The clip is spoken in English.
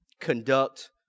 conduct